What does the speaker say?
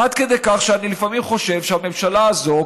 עד כדי כך שאני לפעמים חושב שהממשלה הזאת,